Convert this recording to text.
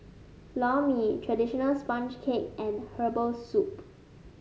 Lor Mee traditional sponge cake and Herbal Soup